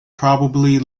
probably